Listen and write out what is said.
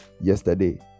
yesterday